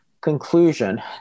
conclusion